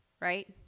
right